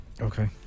Okay